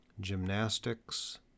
gymnastics